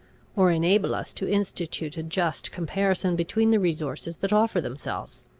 or enable us to institute a just comparison between the resources that offer themselves.